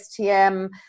STM